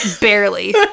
barely